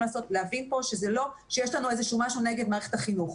להבין פה שזה לא שיש לנו איזשהו משהו נגד מערכת החינוך,